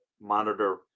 monitor